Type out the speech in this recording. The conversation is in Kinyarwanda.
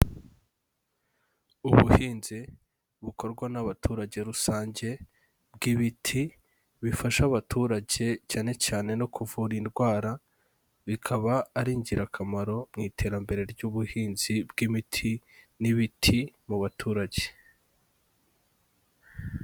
Ubuhinzi bukorwa n'abaturage rusange bw'ibiti bifasha abaturage cyane cyane no kuvura indwara, bikaba ari ingirakamaro mu iterambere ry'ubuhinzi bw'imiti n'ibiti mu baturage.